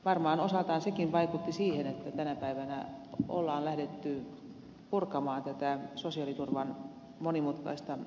varmaan osaltaan sekin vaikutti siihen että tänä päivänä on lähdetty purkamaan tätä sosiaaliturvan monimutkaista lainsäädäntöä yksinkertaistamaan sitä